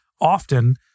often